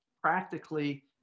practically